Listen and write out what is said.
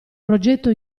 progetto